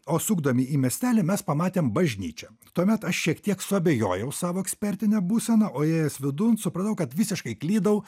o sukdami į miestelį mes pamatėm bažnyčią tuomet aš šiek tiek suabejojau savo ekspertine būsena o įėjęs vidun supratau kad visiškai klydau